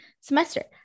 semester